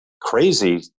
crazy